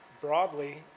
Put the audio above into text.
broadly